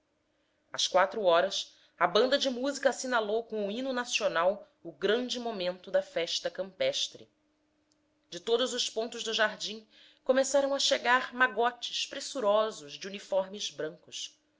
às quatro horas a banda de música assinalou com o hino nacional o grande momento da festa campestre de todos os pontos do jardim começaram a chegar magotes pressurosos de uniformes brancos